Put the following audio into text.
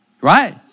Right